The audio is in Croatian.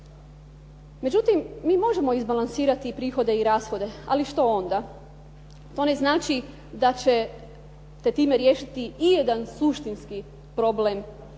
Međutim, mi možemo izbalansirati i prihode i rashode, ali što onda. To ne znači da će se time riješiti i jedan suštinski problem u ovom